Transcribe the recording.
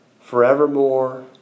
Forevermore